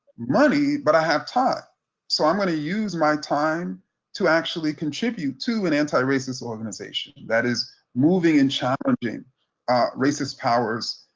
money, but i have time so i'm gonna use my time to actually contribute to an anti-racist organization that is moving in challenging racist powers